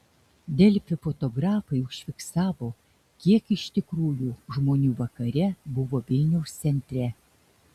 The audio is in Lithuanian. delfi fotografai užfiksavo kiek iš tikrųjų žmonių vakare buvo vilniaus centre